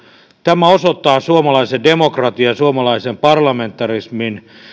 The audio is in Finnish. tämä osoittaa suomalaisen demokratian ja suomalaisen parlamentarismin